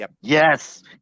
yes